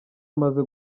amaze